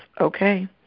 Okay